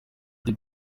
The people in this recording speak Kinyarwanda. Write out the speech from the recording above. abo